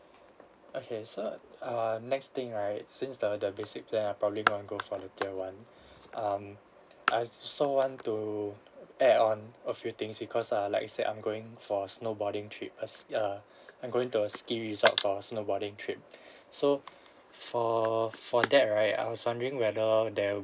okay so err next thing right since the the basic plan I probably going to go for the tier one um I also want to add on a few things because err like I said I'm going for snowboarding trip as uh I'm going to a ski resort for a snowboarding trip so for for that right I was wondering whether there will